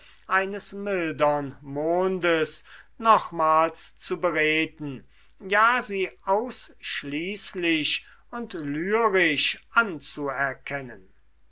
eines mildern mondes nochmals zu bereden ja sie ausschließlich und lyrisch anzuerkennen